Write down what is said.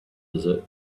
desert